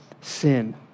sin